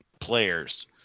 players